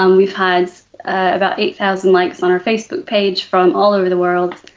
um we've had about eight thousand likes on our facebook page from all over the world.